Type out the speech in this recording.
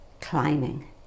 climbing